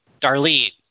Darlene